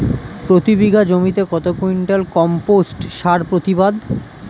প্রতি বিঘা জমিতে কত কুইন্টাল কম্পোস্ট সার প্রতিবাদ?